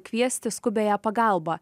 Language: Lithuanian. kviesti skubiąją pagalbą